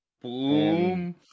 boom